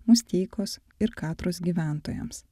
musteikos ir katros gyventojams